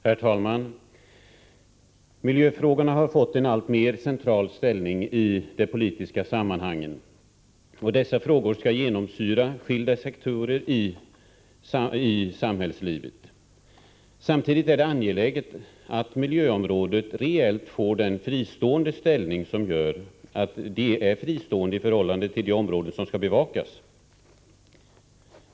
Herr talman! Miljöfrågorna har fått en alltmer central ställning i de politiska sammanhangen. Dessa frågor skall genomsyra skilda sektorer i samhällslivet. Samtidigt är det angeläget att miljöområdet reellt får en fristående ställning i förhållande till de områden som skall bevakas.